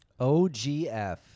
OGF